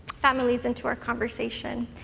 families into our conversation?